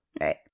Right